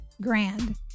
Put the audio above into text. grand